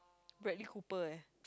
Bradley-Cooper eh